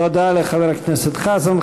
תודה לחבר הכנסת חזן.